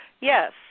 Yes